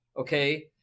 okay